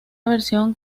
versión